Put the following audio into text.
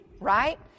right